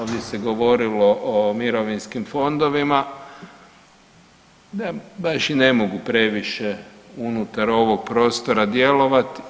Ovdje se govorilo o mirovinskim fondovima, da baš i ne mogu previše unutar ovog prostora djelovati.